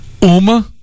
Uma